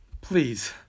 Please